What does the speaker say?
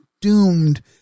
doomed